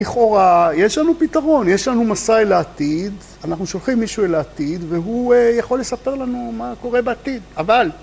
לכאורה, יש לנו פתרון, יש לנו מסע אל העתיד, אנחנו שולחים מישהו אל העתיד והוא יכול לספר לנו מה קורה בעתיד, אבל